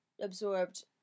absorbed